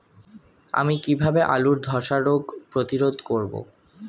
আমি কিভাবে আলুর ধ্বসা রোগ প্রতিরোধ করব?